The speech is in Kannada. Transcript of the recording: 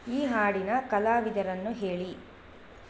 ಈ ಹಾಡಿನ ಕಲಾವಿದರನ್ನು ಹೇಳಿ